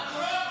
איי איי איי.